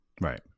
Right